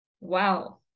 wow